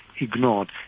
ignored